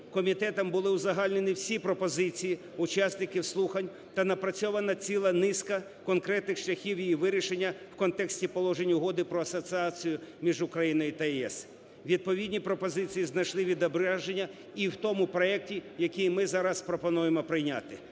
комітетом були узагальнені всі пропозиції учасників слухань та напрацьована ціла низка конкретних шляхів її вирішення у контексті Положень Угоди про асоціацію між Україною та ЄС. Відповідні пропозиції знайшли відображення і в тому проекті, який ми зараз пропонуємо прийняти.